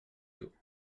you